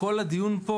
כל הדיון פה